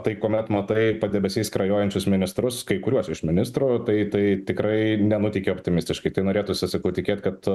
tai kuomet matai padebesiais skrajojančius ministrus kai kuriuos iš ministrų tai tai tikrai nenuteikia optimistiškai tai norėtųsi sakau tikėt kad